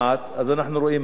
אז אנחנו רואים מה קורה.